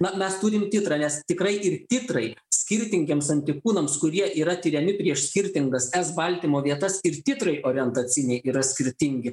na mes turim titrą nes tikrai ir titrai skirtingiems antikūnams kurie yra tiriami prieš skirtingas s baltymo vietas ir titrai orientaciniai yra skirtingi